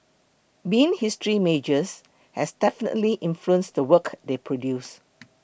being history majors has definitely influenced the work they produce